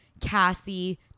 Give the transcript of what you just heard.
Cassie